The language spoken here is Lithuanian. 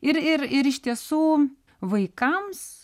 ir ir ir iš tiesų vaikams